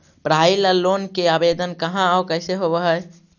पढाई ल लोन के आवेदन कहा औ कैसे होब है?